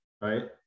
Right